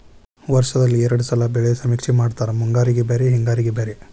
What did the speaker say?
ವರ್ಷದಲ್ಲಿ ಎರ್ಡ್ ಸಲಾ ಬೆಳೆ ಸಮೇಕ್ಷೆ ಮಾಡತಾರ ಮುಂಗಾರಿಗೆ ಬ್ಯಾರೆ ಹಿಂಗಾರಿಗೆ ಬ್ಯಾರೆ